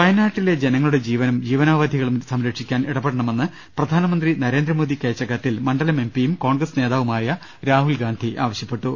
വയനാട്ടിലെ ജനങ്ങളുടെ ജീവനും ജീവനോപാധികളും സംരക്ഷിക്കാൻ ഇടപെടണമെന്ന് പ്രധാനമന്ത്രി നരേന്ദ്രമോദിക്കയച്ചികത്തിൽ മണ്ഡലം എംപിയും കോൺഗ്രസ് നേതാവുമായ രാഹുൽഗാന്ധി ആവശ്യപ്പെട്ടു